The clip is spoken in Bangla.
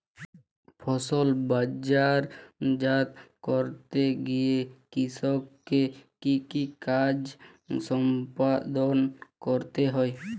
ফসল বাজারজাত করতে গিয়ে কৃষককে কি কি কাজ সম্পাদন করতে হয়?